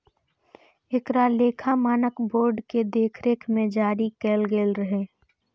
एकरा लेखा मानक बोर्ड के देखरेख मे जारी कैल गेल रहै